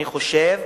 אני חושב,